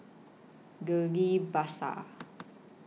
Ghillie BaSan